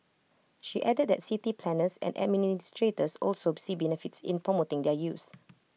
she added that city planners and administrators also see benefits in promoting their use